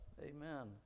Amen